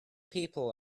people